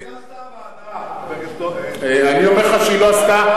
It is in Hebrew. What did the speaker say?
את זה עשתה הוועדה, אני אומר לך שהיא לא עשתה.